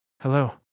Hello